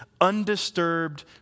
undisturbed